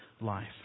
life